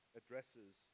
addresses